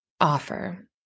offer